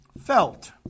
Felt